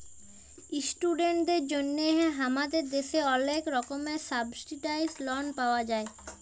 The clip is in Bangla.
ইশটুডেন্টদের জন্হে হামাদের দ্যাশে ওলেক রকমের সাবসিডাইসদ লন পাওয়া যায়